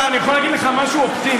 אגב, אני יכול להגיד לך משהו אופטימי.